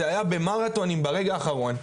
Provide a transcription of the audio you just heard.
זה היה במרתונים ברגע האחרון.